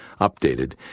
updated